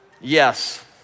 Yes